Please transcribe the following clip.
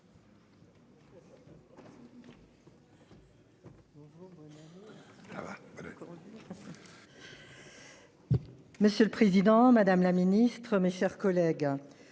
Monsieur le Président Madame la Ministre, mes chers collègues.